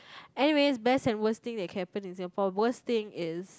anyway best and worst thing that can happen in Singapore worst thing is